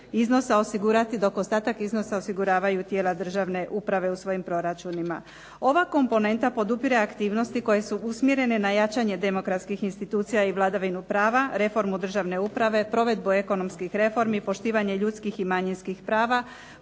kune. Dok će se ostatak iznosa osiguravaju tijela državne uprave u svojim proračunima. Ova komponenta podupire aktivnosti koje su usmjerene na jačanje demokratskih institucija i vladavinu prava, reformu državne uprave, provedbu ekonomskih reformi, poštivanje ljudskih i manjinskih prava,